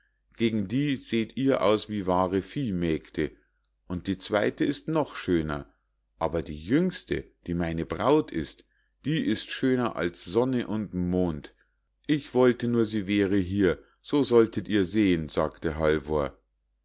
gegen die seht ihr aus wie wahre viehmägde und die zweite ist noch schöner aber die jüngste die meine braut ist die ist schöner als sonne und mond ich wollte nur sie wären hier so solltet ihr sehen sagte halvor